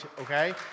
okay